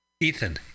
Ethan